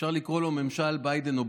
אפשר לקרוא לו ממשל ביידן-אובמה,